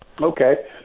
Okay